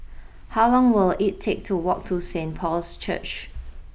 how long will it take to walk to Saint Paul's Church